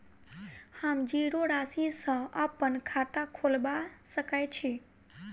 हम जीरो राशि सँ अप्पन खाता खोलबा सकै छी?